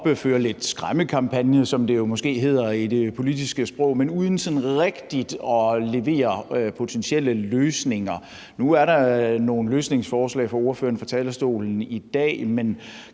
og føre skræmmekampagner, som det måske hedder på det politiske sprog, men uden sådan rigtig at levere potentielle løsninger. Nu er der nogle løsningsforslag fra ordføreren fra talerstolen i dag, men